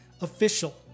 official